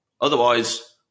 Otherwise